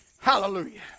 Hallelujah